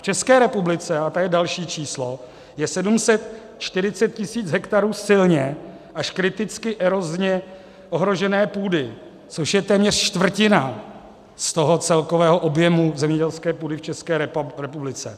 V České republice a to je další číslo je 740 tisíc hektarů silně až kriticky erozně ohrožené půdy, což je téměř čtvrtina z toho celkového objemu zemědělské půdy v České republice.